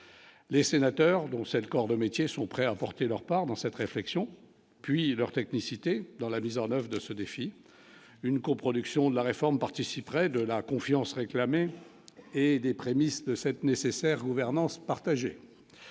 les sénateurs, dont 7 corps de métiers sont prêts à apporter leur part dans cette réflexion, puis leur technicité dans la vie 09 de ce défi, une coproduction de la réforme participerait de la confiance réclamé et des prémices de cette nécessaire gouvernance partagée,